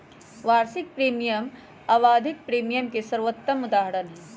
वार्षिक प्रीमियम आवधिक प्रीमियम के सर्वोत्तम उदहारण हई